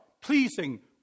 pleasing